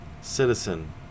citizen